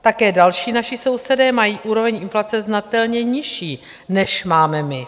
Také další naši sousedé mají úroveň inflace znatelně nižší, než máme my.